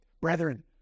Brethren